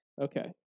Okay